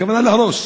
בכוונה להרוס.